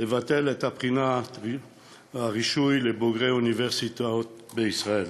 ולבטל את בחינת הרישוי לבוגרי אוניברסיטאות בישראל.